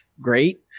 great